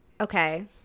Okay